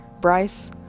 Bryce